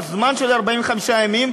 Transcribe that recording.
בזמן של 45 הימים,